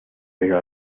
pero